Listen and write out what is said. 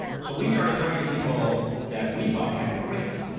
so we started hiring people that we thought had grit.